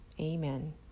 Amen